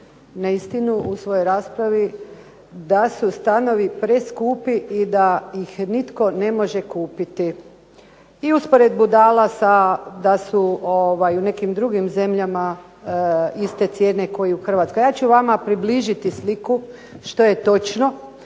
neistinu u svojoj raspravi da su stanovi preskupi i da ih nitko ne može kupiti i usporedbu dala da su u nekim drugim zemljama iste cijene kao i u Hrvatskoj. Ja ću vama približiti sliku što je točno